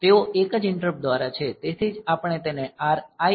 તેઓ એક જ ઈંટરપ્ટ દ્વારા છે